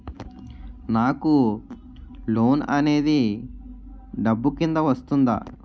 నాకు లోన్ అనేది డబ్బు కిందా వస్తుందా?